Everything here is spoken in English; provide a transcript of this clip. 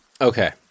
Okay